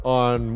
on